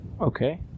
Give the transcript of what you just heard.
Okay